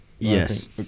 yes